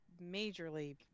majorly